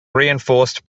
reinforced